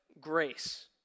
grace